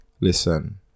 Listen